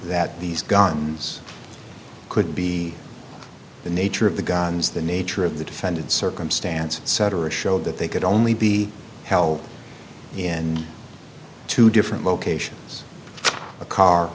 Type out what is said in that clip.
that these guns could be the nature of the guns the nature of the defended circumstances cetera showed that they could only be held in two different locations a car